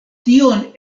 tion